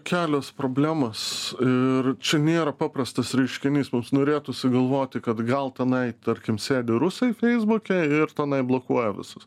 kelios problemos ir čia nėra paprastas reiškinys mums norėtųsi galvoti kad gal tenai tarkim sėdi rusai feisbuke ir tenai blokuoja visus